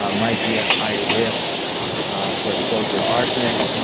um might be at high risk for exposure to arsenic.